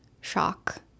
shock